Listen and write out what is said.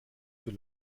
für